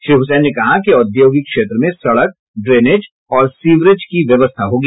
श्री हुसैन ने कहा कि औद्योगिक क्षेत्र में सड़क ड्रेनेज और सिवरेज की व्यवस्था होगी